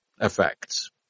effects